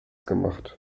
gemacht